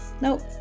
Nope